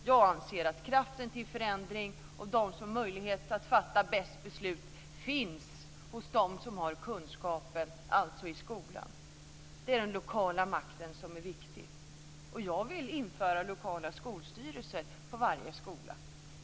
Jag anser att kraften till förändringar och de som har möjlighet att fatta bästa besluten finns bland dem som har kunskapen, alltså i skolan. Det är den lokala makten som är viktig. Jag vill införa lokala skolstyrelser på varje skola.